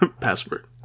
Password